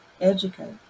educate